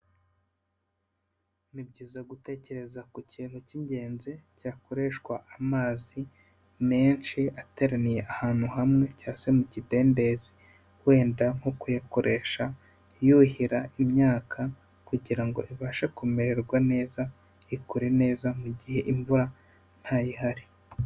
Ni byiza gutekereza ku kintu cy'ingenzi, cyakoreshwa amazi menshi ateraniye ahantu hamwe cyangwa se mu kidendezi, wenda nko kuyakoresha, yuhira imyaka kugira ngo ibashe kumererwa neza, ikure neza mu gihe imvura ntayihari.